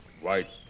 white